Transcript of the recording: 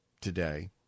today